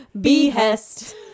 behest